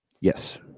yes